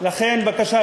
לכן בקשה,